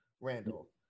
Randall